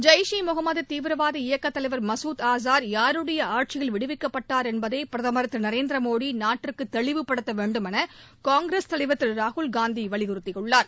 ஜெய்ஷ் ஈ முகமது தீவிரவாத இயக்கத் தலைவர் மசூத் அசார் யாருடைய ஆட்சியில் விடுவிக்கப்பட்டார் என்பதை பிரதமர் திரு நரேந்திர மோடி நாட்டிற்கு தெளிவுபடுத்த வேண்டும் என காங்கிரஸ் தலைவர் திரு ராகுல்காந்தி வலியுறுத்தியுள்ளார்